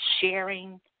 sharing